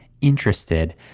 interested